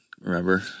remember